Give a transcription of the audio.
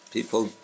People